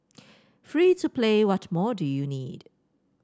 free to play what more do you need